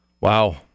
Wow